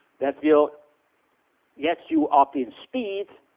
that will get you up in speed.